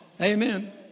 Amen